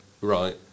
Right